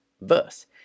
verse